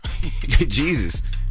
Jesus